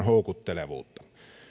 houkuttelevuutta